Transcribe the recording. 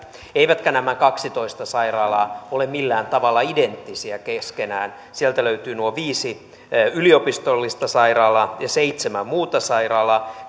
eivätkä nämä kaksitoista sairaalaa ole millään tavalla identtisiä keskenään sieltä löytyvät nuo viisi yliopistollista sairaalaa ja seitsemän muuta sairaalaa